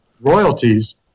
royalties –